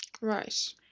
right